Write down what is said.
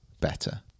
better